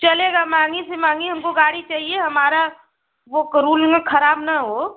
चलेगा महँगी से महँगी हमको गाड़ी चाहिए हमारा वो करूल में खराब न हो